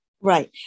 Right